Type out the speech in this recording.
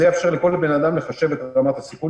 זה יאפשר לכל בן אדם לחשב את רמת הסיכון